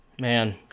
Man